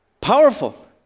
powerful